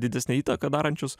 didesnę įtaką darančius